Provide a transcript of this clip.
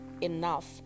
enough